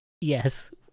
yes